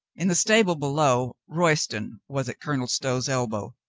in the stable below, royston was at colonel stow's elbow.